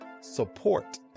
support